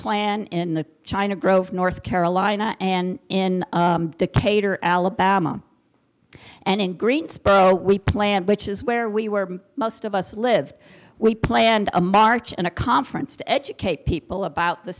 klan in the china grove north carolina and in the cater alabama and in greensboro we planned which is where we were most of us live we planned a march and a conference to educate people about the